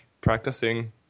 practicing